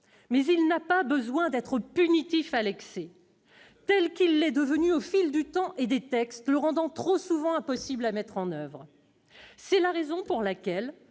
mais il n'a pas besoin d'être punitif à l'excès. C'est pourtant ce qu'il est devenu au fil du temps et des textes, ce qui le rend trop souvent impossible à mettre en oeuvre. C'est la raison pour laquelle